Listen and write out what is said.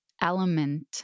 element